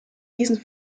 diesen